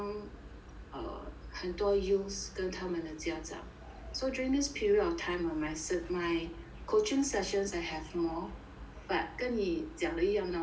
err 很多 youths 跟他们的家长 so during this period of time my cert my coaching sessions I have more but 跟你讲的一样 lor